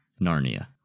Narnia